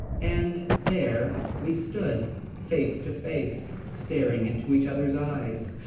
and there we stood face to face staring into each other's eyes.